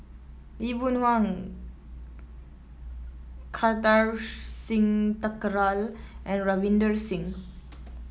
Lee Boon Wang Kartar Singh Thakral and Ravinder Singh